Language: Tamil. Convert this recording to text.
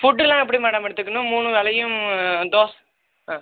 ஃபுட்டுலாம் எப்படி மேடம் எடுத்துக்கணும் மூணு வேளையும் தோசை